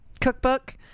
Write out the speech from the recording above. cookbook